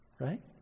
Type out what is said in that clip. Right